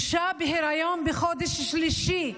אישה בהיריון, בחודש שלישי,